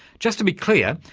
just to be clear,